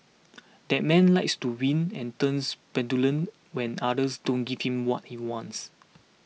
that man likes to win and turns petulant when others don't give him what he wants